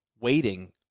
waiting